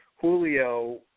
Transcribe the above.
Julio